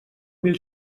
mil